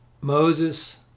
Moses